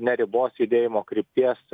neribos judėjimo krypties